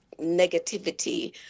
negativity